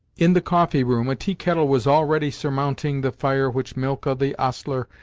in the coffee-room, a tea-kettle was already surmounting the fire which milka the ostler,